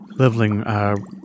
Leveling